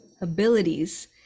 abilities